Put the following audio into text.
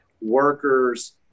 workers